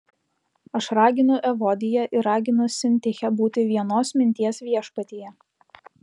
aš raginu evodiją ir raginu sintichę būti vienos minties viešpatyje